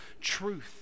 truth